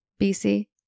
BC